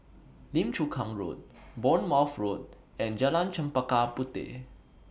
Lim Chu Kang Road Bournemouth Road and Jalan Chempaka Puteh